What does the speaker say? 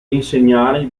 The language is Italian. insegnare